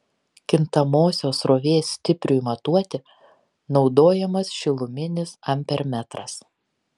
kintamosios srovės stipriui matuoti naudojamas šiluminis ampermetras